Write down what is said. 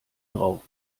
drauf